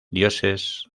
dioses